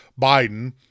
Biden